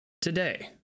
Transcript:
Today